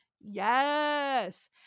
yes